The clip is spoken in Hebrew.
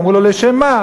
אמרו לו: לשם מה?